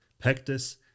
Pectus